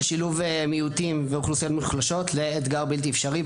שילוב מיעוטים ואוכלוסיות מוחלשות לאתגר בלתי אפשרי.